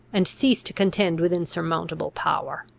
and cease to contend with insurmountable power!